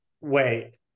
Wait